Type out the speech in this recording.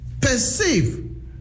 perceive